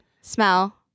smell